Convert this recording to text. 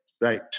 right